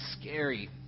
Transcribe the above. scary